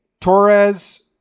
Torres